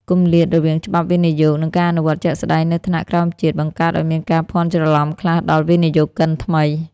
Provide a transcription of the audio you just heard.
គម្លាតរវាងច្បាប់វិនិយោគ និងការអនុវត្តជាក់ស្ដែងនៅថ្នាក់ក្រោមជាតិ បង្កើតឱ្យមានការភាន់ច្រឡំខ្លះដល់វិនិយោគិនថ្មី។